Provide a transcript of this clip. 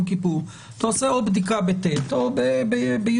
כיפור אתה עושה עוד בדיקה ב-ט' או ב-י'.